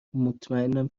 مطمئنم